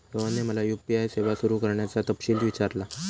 रोहनने मला यू.पी.आय सेवा सुरू करण्याचा तपशील विचारला